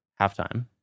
halftime